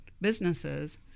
businesses